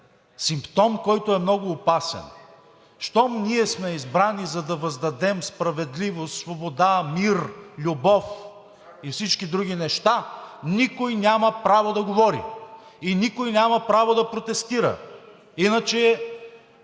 симптом, който е много опасен – щом ние сме избрани, за да въздадем справедливост, свобода, мир, любов и всички други неща, никой няма право да говори и никой няма право да протестира. Иначе